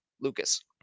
Lucas